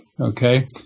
okay